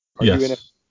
Yes